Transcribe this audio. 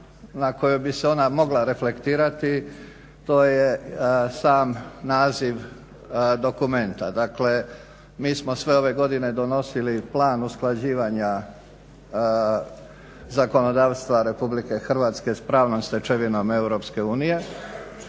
na koju bi se ona mogla reflektirati to je sam naziv dokumenta. Dakle mi smo sve ove godine donosili plan usklađivanja zakonodavstva RH s pravnom stečevinom EU